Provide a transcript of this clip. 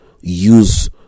use